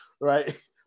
Right